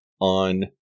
on